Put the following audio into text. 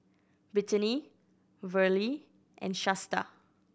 Britany Verle and Shasta